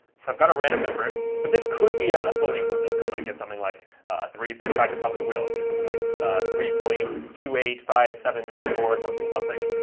so i've got a random number, but this could be ah a floating point number. i might get something like three. in fact, i probably will. there's something like three point two eight five seven four something something.